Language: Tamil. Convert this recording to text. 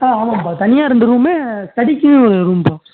ஆ ஆமாம்ப்பா தனியாக ரெண்டு ரூமு தடுக்கியும் ஒரு ரூம்ப்பா